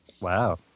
Wow